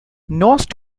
nose